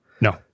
No